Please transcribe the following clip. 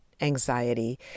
anxiety